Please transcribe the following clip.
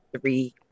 three